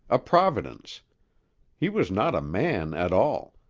a providence he was not a man at all,